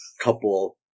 couple